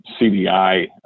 CDI